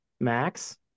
Max